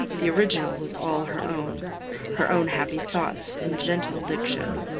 the original was all her own her own happy thoughts and gentle diction.